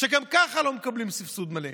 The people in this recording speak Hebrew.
שגם ככה לא מקבלים סבסוד מלא,